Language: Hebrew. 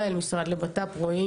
ישראל או רועי,